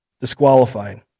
disqualified